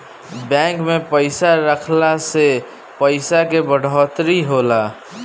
bank में पइसा रखला से पइसा के बढ़ोतरी होला